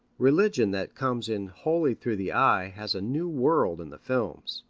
religion that comes in wholly through the eye has a new world in the films,